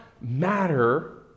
matter